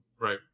right